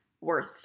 worth